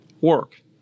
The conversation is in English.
work